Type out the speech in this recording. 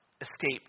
escape